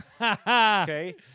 Okay